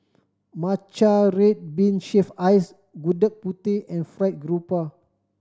matcha red bean shaved ice Gudeg Putih and fried grouper